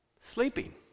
Sleeping